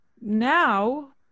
now